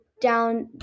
down